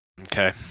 Okay